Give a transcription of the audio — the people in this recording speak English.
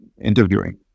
interviewing